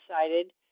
excited